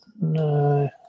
no